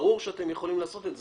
ברור שאתם יכולים לעשות את זה.